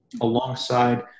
alongside